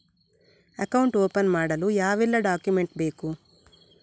Account open ಮಾಡಲು ಯಾವೆಲ್ಲ document ಬೇಕು?